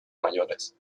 mayores